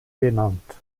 benannt